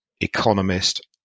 economist